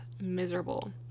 miserable